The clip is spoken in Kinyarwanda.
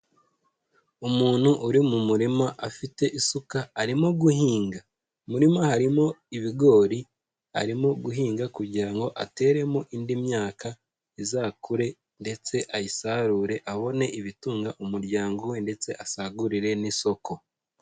Umuntu uri mu murima afite isuka arimo guhinga, mu murima harimo ibigori arimo guhinga kugira ngo ateremo indi myaka izakure ndetse ayisarure abone ibitunga umuryango we ndetse asagurire n'isoko.